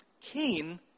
Cain